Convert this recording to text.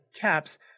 caps